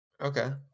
Okay